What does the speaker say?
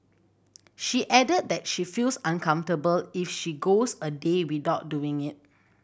she added that she feels uncomfortable if she goes a day without doing it